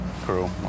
crew